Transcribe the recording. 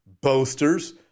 Boasters